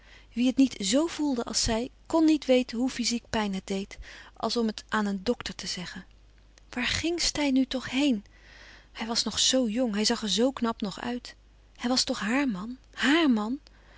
wie het niet zo voelde als zij kn niet weten hoe fyziek pijn het deed als om het aan een dokter te zeggen waar ging steyn nu toch heen hij was nog zoo jong hij zag er zoo knap nog uit hij was toch haar man haàr man